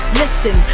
listen